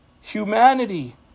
humanity